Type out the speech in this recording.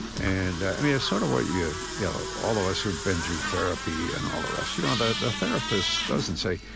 and i mean, it's sort of what yeah yeah all of us who've been through therapy and all the rest. you know, and the therapist doesn't say,